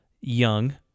young